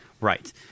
Right